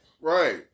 Right